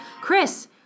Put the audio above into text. Chris